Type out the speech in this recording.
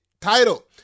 title